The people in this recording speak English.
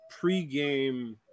pregame